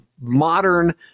Modern